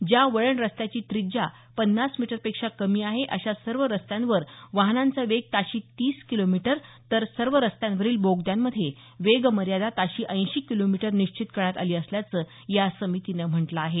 ज्या वळण रस्त्याची त्रिज्या पन्नास मीटरपेक्षा कमी आहे अशा सर्व रस्त्यांवर वाहनांचा वेग ताशी तीस किलो मीटर तर सर्व रस्त्यांवरील बोगद्यामध्ये वेग मर्यादा ताशी ऐंशी किलो मीटर निश्चित करण्यात आली असल्याचं या समितीनं म्हटलं आहे